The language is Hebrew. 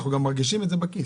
אנחנו גם מרגישים את זה בכיס,